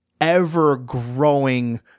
ever-growing